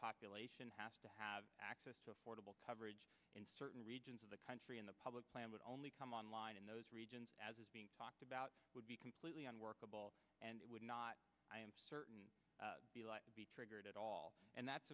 population has to have access to affordable coverage in certain regions of the country and the public plan would only come on line in those regions as is being talked about would be completely unworkable and would not i am certain be triggered at all and that's